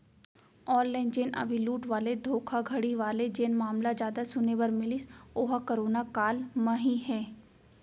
online जेन अभी लूट वाले धोखाघड़ी वाले जेन मामला जादा सुने बर मिलिस ओहा करोना काल म ही हे